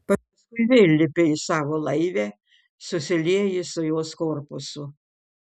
paskui vėl lipi į savo laivę susilieji su jos korpusu